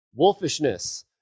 Wolfishness